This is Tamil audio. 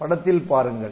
படத்தில் பாருங்கள்